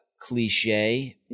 cliche